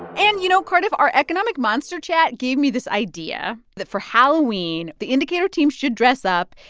and you know, cardiff, our economic monster chat gave me this idea that for halloween, the indicator team should dress up,